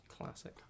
Classic